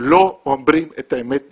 לא אומרים את האמת לציבור.